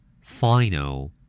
Final